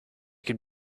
can